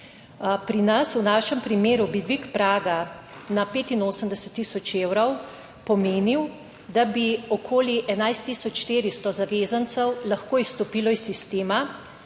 pri nas, v našem primeru, bi dvig praga na 85 tisoč evrov pomenil, da bi okoli 11 tisoč 400 zavezancev lahko izstopilo iz sistema